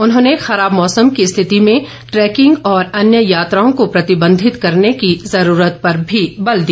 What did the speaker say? उन्होंने खराब मौसम की स्थिति में ट्रैकिंग और अन्य यात्राओं को प्रतिबंधित करने की जरूरत पर भी बल दिया